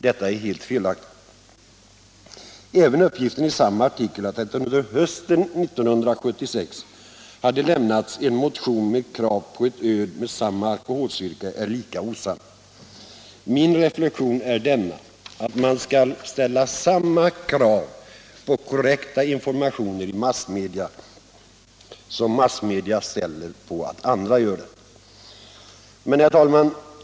Detta är helt felaktigt. Uppgiften i samma artikel att det under hösten 1976 hade väckts en motion med krav om ett öl med samma alkoholstyrka är lika osann. Min reflexion är att man skall ställa samma krav på korrekta informationer i massmedia som massmedia ställer på andra.